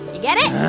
you get it?